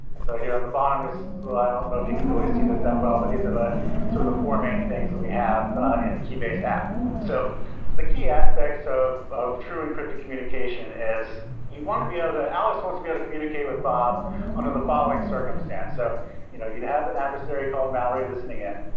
and so here on the bottom is, well i don't know if you can really see this that well, but these are the sort of the four main things that we have in the keybase app so the key aspects of of true encrypted communication is you want to be able to alice wants to be able to communicate with bob under the following circumstance. so you know you have an adversary called malory listening in.